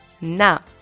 now